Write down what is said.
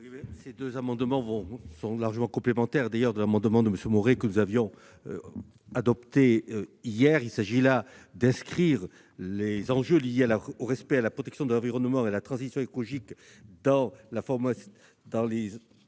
Ces deux amendements identiques sont largement complémentaires de l'amendement de M. Maurey que nous avons adopté hier. Il s'agit ici d'inscrire les enjeux liés « au respect et à la protection de l'environnement et à la transition écologique » dans la